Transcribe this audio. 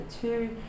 two